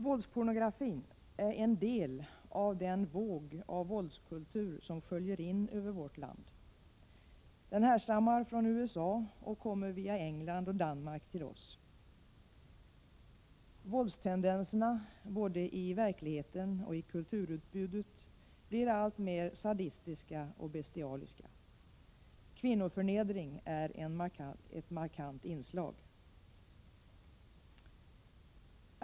Våldspornografin är en del av den våg av våldskultur som sköljer in över vårt land. Den härstammar från USA och kommer via England och Danmark till oss. Våldstendenserna, både i verkligheten och i kulturutbudet, blir alltmer sadistiska och bestialiska. Kvinnoförnedring är ett markant inslag.